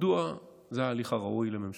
מדוע זה ההליך הראוי לממשלה?